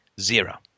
zero